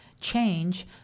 change